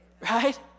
right